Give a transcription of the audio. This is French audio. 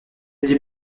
des